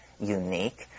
unique